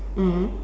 mmhmm